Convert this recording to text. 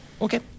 Okay